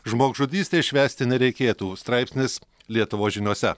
žmogžudystės švęsti nereikėtų straipsnis lietuvos žiniose